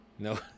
No